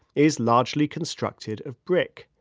is largely constructed of brick.